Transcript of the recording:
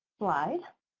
slide.